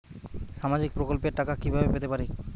সামাজিক প্রকল্পের টাকা কিভাবে পেতে পারি?